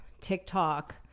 TikTok